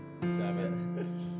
seven